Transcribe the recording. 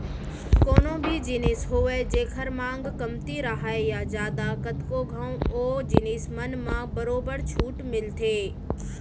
कोनो भी जिनिस होवय जेखर मांग कमती राहय या जादा कतको घंव ओ जिनिस मन म बरोबर छूट मिलथे